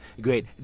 Great